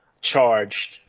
charged